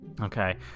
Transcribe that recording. okay